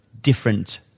different